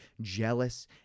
jealous